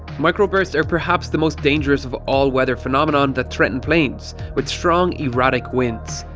microburst are perhaps the most dangerous of all weather phenomenon that threaten planes, with strong erratic winds.